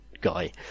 guy